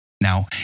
Now